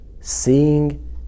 Seeing